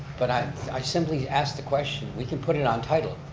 but i i simply ask the question, we can put it on title,